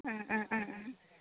ও ও ও ও